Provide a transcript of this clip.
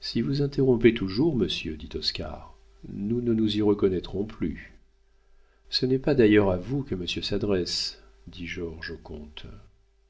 si vous interrompez toujours monsieur dit oscar nous ne nous y reconnaîtrons plus ce n'est pas d'ailleurs à vous que monsieur s'adresse dit georges au